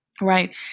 right